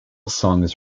songs